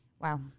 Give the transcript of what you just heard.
Wow